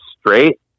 straight